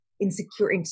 insecure